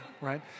right